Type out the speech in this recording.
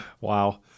Wow